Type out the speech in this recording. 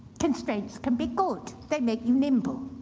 constraints can be good. they make you nimble.